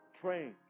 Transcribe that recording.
Praying